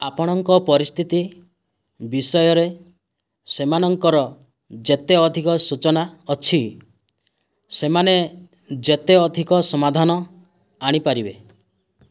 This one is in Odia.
ଆପଣଙ୍କ ପରିସ୍ଥିତି ବିଷୟରେ ସେମାନଙ୍କର ଯେତେ ଅଧିକ ସୂଚନା ଅଛି ସେମାନେ ଯେତେ ଅଧିକ ସମାଧାନ ଆଣିପାରିବେ